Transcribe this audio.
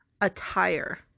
Attire